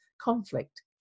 conflict